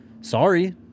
sorry